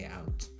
out